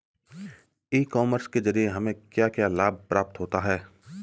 ई commerce के ज़रिए हमें क्या क्या लाभ प्राप्त होता है?